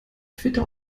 twitter